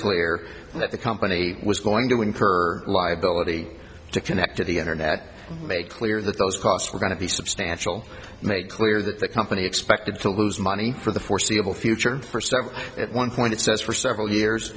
that the company was going to incur liability to connect to the internet make clear that those costs were going to be substantial make clear that the company expected to lose money for the foreseeable future for stuff at one point it says for several years